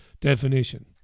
definition